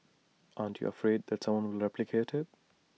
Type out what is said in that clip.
aren't you afraid that someone will replicate IT